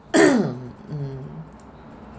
mm